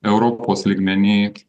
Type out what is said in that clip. europos lygmenįy